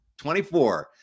24